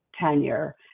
tenure